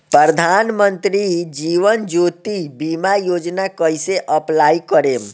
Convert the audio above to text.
प्रधानमंत्री जीवन ज्योति बीमा योजना कैसे अप्लाई करेम?